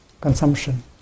consumption